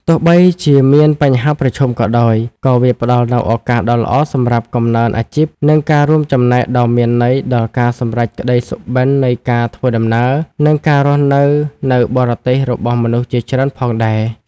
ទោះបីជាមានបញ្ហាប្រឈមក៏ដោយ ក៏វាផ្តល់នូវឱកាសដ៏ល្អសម្រាប់កំណើនអាជីព និងការរួមចំណែកដ៏មានន័យដល់ការសម្រេចក្តីសុបិននៃការធ្វើដំណើរ និងការរស់នៅនៅបរទេសរបស់មនុស្សជាច្រើនផងដែរ។